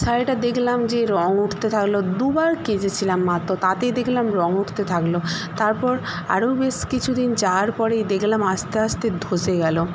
শাড়িটা দেখলাম যে রঙ উঠতে থাকল দুবার কেচেছিলাম মাত্র তাতেই দেখলাম রঙ উঠতে থাকল তারপর আরো বেশ কিছুদিন যাওয়ার পরে দেখলাম আস্তে আস্তে ধসে গেল